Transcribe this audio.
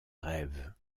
rêves